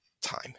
time